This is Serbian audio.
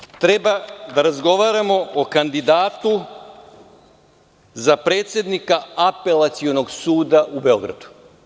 Mi danas treba da razgovaramo o kandidatu za predsednika Apelacionog suda u Beogradu.